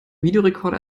videorecorder